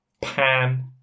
Pan